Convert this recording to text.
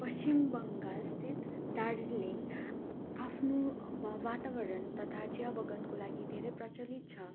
पश्चिम बङ्गालस्थित दार्जिलिङ आफ्नो वातावरण तथा चिया बगानको लागि धेरै प्रचलित छ